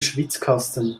schwitzkasten